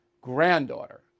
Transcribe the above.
granddaughter